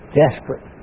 desperate